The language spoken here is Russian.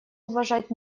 уважать